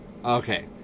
Okay